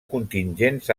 contingents